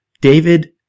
David